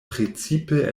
precipe